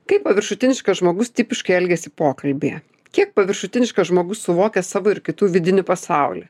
kaip paviršutiniškas žmogus tipiškai elgiasi pokalbyje kiek paviršutiniškas žmogus suvokia savo ir kitų vidinį pasaulį